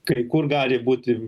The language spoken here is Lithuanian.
kai kur gali būti